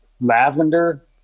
Lavender